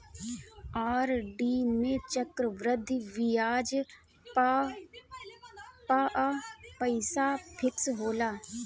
RD में चक्रवृद्धि बियाज पअ पईसा फिक्स होला